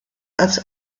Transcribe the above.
als